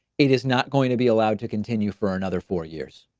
it is not going to be allowed to continue for another four years.